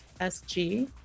sg